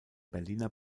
berliner